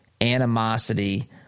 animosity